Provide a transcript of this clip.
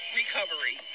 recovery